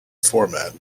format